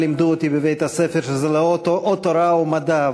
לימדו אותי בבית-הספר שזה או תורה או מדע,